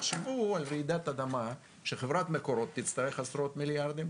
תחשבו על רעידת אדמה חברת מקורות תצטרך עשרות מיליארדים,